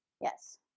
Yes